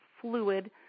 fluid